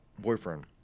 boyfriend